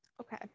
Okay